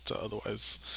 otherwise